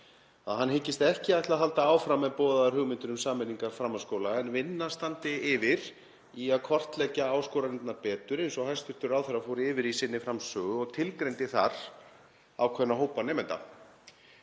að hann hyggist ekki ætla að halda áfram með boðaðar hugmyndir um sameiningar framhaldsskóla en vinna standi yfir við að kortleggja áskoranirnar betur eins og hæstv. ráðherra fór yfir í sinni framsögu og tilgreindi þar ákveðna hópa nemenda.